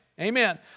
Amen